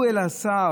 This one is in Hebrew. ועלו אל השר.